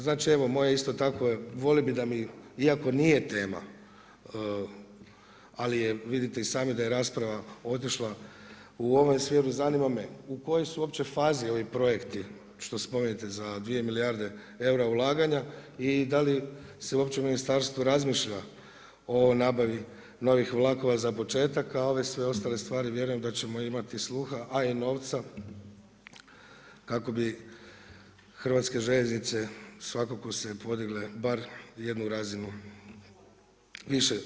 Znači evo moje je isto tako, volio bih da mi, iako nije tema, ali je vidite i sami da je rasprava otišla u ovom smjeru, zanima me u kojoj su uopće fazi ovi projekti što spominjete za 2 milijarde eura ulaganja i da li se uopće u ministarstvu razmišlja o nabavi novih vlakova za početak a ove sve ostale stvari vjerujem da ćemo imati sluha a i novca kako bi Hrvatske željeznice svakako se podigle bar jednu razinu više.